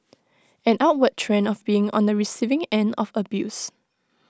an upward trend of being on the receiving end of abuse